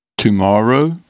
Tomorrow